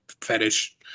fetish